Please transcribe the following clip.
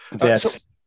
Yes